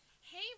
hey